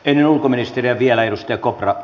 ennen ulkoministeriä vielä edustaja kopra